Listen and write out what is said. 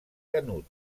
canut